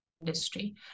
industry